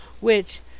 which